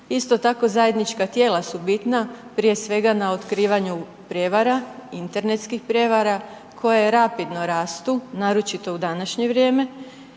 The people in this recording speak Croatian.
Isto tako zajednička tijela su bitna, prije svega na otkrivanju prijevara, internetskih prijevara koje rapidno rastu, naročito u današnje vrijeme.